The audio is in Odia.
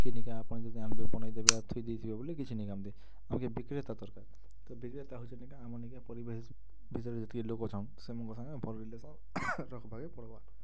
କିଣିକି ଆପଣ ଯଦି ଆଣିବେ ବନେଇ ଦେବେ ଆର୍ ଥୋଇ ଦେଇ ଯିବେ ବୋଲେ କିଛି ନାଇ କାମ୍ ଦେ ଆମର୍ ବିକ୍ରି ହବା ଦରକାର୍ ତେବେ ବିକ୍ରି ହେତା ହେଉଛି ନା ଆମ ନିକେ ପରିବେଶ୍ ଭିତରେ ଯେତେ ଲୋକ୍ ଅଛନ୍ ସେମାନଙ୍କ ସାଙ୍ଗରେ ଭଲ ରିଲେସନ୍ ରଖ୍ବା କେ ପଡ଼ବା